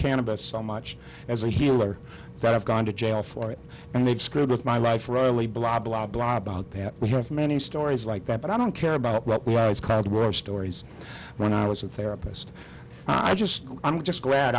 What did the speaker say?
canada so much as a healer that i've gone to jail for it and they've screwed with my life royally blah blah blah about that we have many stories like that but i don't care about what was called world stories when i was a therapist i just i'm just glad